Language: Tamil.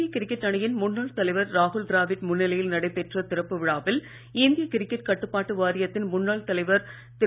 இந்திய கிரிக்கெட் அணியின் முன்னாள் தலைவர் ராகுல் ட்ராவிட் முன்னிலையில் நடைபெற்ற திறப்பு விழாவில் இந்திய கிரிக்கெட் கட்டுப்பாட்டு வாரியத்தின் முன்னாள் தலைவர் திரு